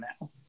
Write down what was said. now